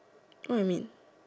what you mean